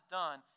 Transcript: done